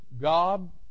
God